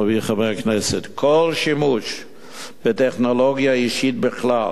חברי חבר הכנסת: "כל שימוש בטכנולוגיה אישית בכלל